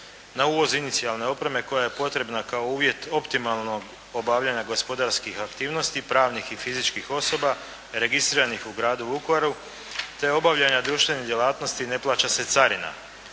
na uvoz inicijalne opreme koja je potrebna kao uvjet optimalnog obavljanja gospodarskih aktivnosti pravnih i fizičkih osoba registriranih u gradu Vukovaru te obavljanja društvenih djelatnosti ne plaća se carina.